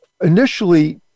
initially